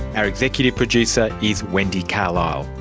our executive producer is wendy carlisle,